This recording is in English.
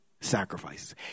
sacrifices